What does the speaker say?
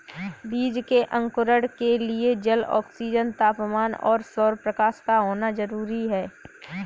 बीज के अंकुरण के लिए जल, ऑक्सीजन, तापमान और सौरप्रकाश का होना जरूरी है